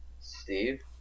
steve